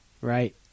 Right